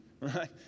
Right